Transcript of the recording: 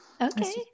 okay